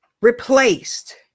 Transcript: replaced